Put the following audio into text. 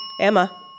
Emma